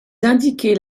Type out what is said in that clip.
indiquaient